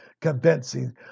convincing